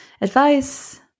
advice